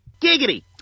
Giggity